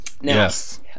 Yes